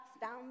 down